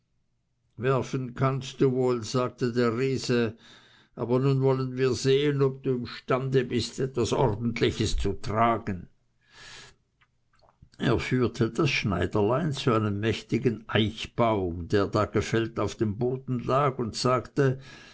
werfen kannst du wohl sagte der riese aber nun wollen wir sehen ob du imstande bist etwas ordentliches zu tragen er führte das schneiderlein zu einem mächtigen eichbaum der da gefällt auf dem boden lag und sagte